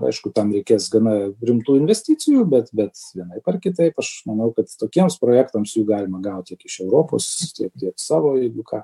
aišku tam reikės gana rimtų investicijų bet bet vienaip ar kitaip aš manau kad tokiems projektams jų galima gaut tiek iš europos tiek tiek savo jeigu ką